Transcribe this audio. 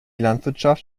landwirtschaft